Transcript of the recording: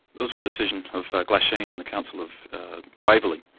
there was one decision of glasheen and the council of waverley.